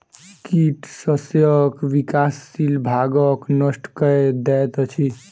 कीट शस्यक विकासशील भागक नष्ट कय दैत अछि